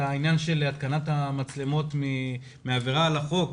העניין של התקנת המצלמות מעבירה על החוק,